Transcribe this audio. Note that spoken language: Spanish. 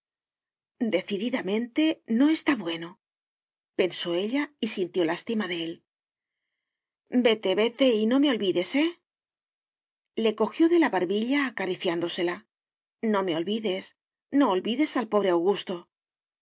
decididamente no está bueno pensó ella y sintió lástima de él vete vete y no me olvides eh le cojió de la barbilla acariciándosela no me olvides no olvides al pobre augusto